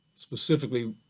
specifically